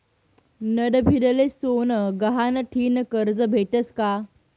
नडभीडले सोनं गहाण ठीन करजं भेटस का?